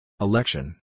Election